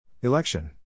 Election